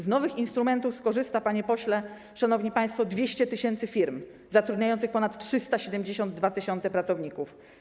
Z nowych instrumentów skorzysta, panie pośle, szanowni państwo, 200 tys. firm zatrudniających ponad 372 tys. pracowników.